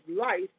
life